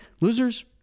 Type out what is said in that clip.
Losers